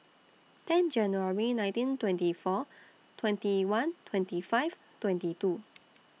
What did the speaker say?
ten January nineteen twenty four twenty one twenty five twenty two